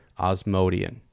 Osmodian